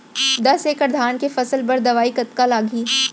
दस एकड़ धान के फसल बर दवई कतका लागही?